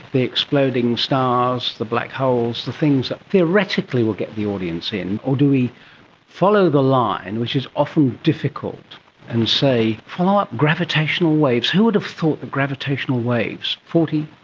the exploding stars, the black holes, the things that theoretically will get the audience in? or do we follow the line which is often difficult and, say, follow up gravitational waves. who would have thought that gravitational waves, forty,